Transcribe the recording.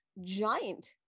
giant